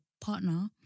partner